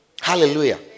Hallelujah